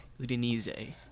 Udinese